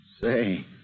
Say